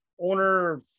owner